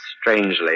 strangely